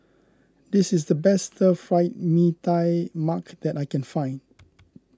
this is the best Stir Fried Mee Tai Mak that I can find